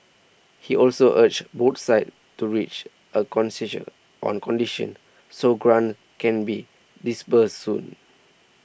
he also urged both sides to reach a consensus on conditions so grants can be disbursed soon